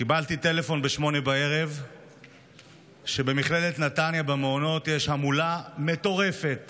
קיבלתי טלפון ב-20:00 על כך שבמכללת נתניה במעונות יש המולה מטורפת